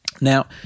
Now